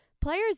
players